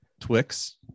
Twix